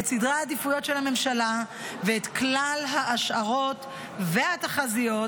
את סדרי העדיפויות של הממשלה ואת כלל ההשערות והתחזיות